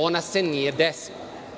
Ona se nije desila.